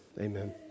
amen